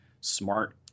smart